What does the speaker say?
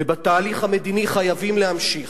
ובתהליך המדיני חייבים להמשיך.